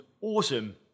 awesome